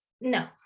No